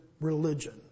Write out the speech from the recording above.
religion